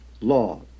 law